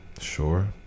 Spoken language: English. sure